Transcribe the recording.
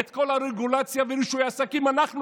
את כל הרגולציה ורישוי העסקים אנחנו הכנו.